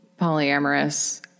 polyamorous